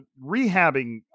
rehabbing